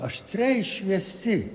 aštriai šviesi